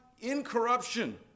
incorruption